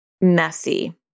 messy